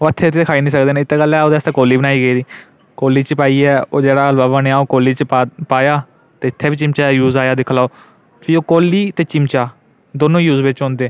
ओह् हत्थै उप्पर ते खाई निं सकदे इत गल्ला ओह्दे आस्तै कौल्ली बनाई गेदी कौल्ली च पाइयै ओह् जेह्ड़ा हलवा बनेआ ओह् कौल्ली च पाया ते इत्थै बी चिमचे दा यूज आया दिक्खी लैओ फ्ही ओह् कौल्ली ते चिमचा दमैं यूज बिच औंदे